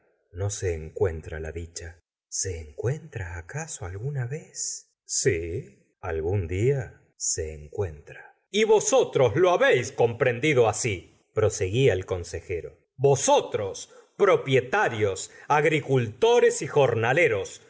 no se encuentra la dicha se encuentra acaso alguna vez sí algún día se encuentra y vosotros lo habéis comprendido as proseguía el consejero vosotros propietarios agricultores y jornaleros